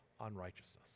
unrighteousness